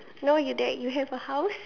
no you drag you have a house